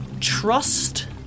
Trust